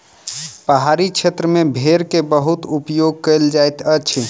पहाड़ी क्षेत्र में भेड़ के बहुत उपयोग कयल जाइत अछि